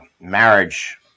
marriage